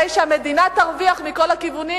הרי שהמדינה תרוויח מכל הכיוונים,